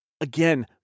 again